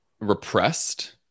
repressed